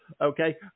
okay